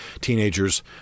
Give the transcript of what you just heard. teenagers